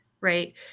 right